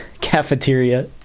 cafeteria